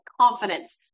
confidence